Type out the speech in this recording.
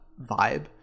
vibe